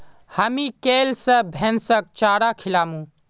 हामी कैल स भैंसक चारा खिलामू